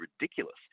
ridiculous